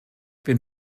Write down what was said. bin